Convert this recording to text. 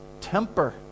temper